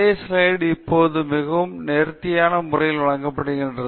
எனவே அதே ஸ்லைடு இப்போது மிகவும் நேர்த்தியான முறையில் வழங்கப்படுகிறது